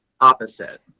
opposite